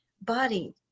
Body